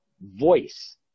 voice